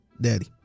daddy